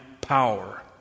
power